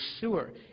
sewer